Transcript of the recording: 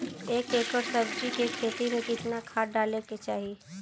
एक एकड़ सब्जी के खेती में कितना खाद डाले के चाही?